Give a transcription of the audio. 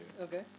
Okay